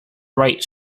right